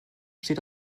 steht